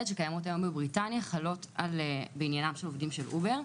שקיות היום בבריטניה חלות בעניינם של עובדי אובר.